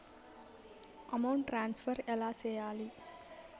amount transfer ఎలా సేయాలి